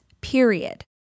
period